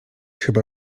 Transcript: chyba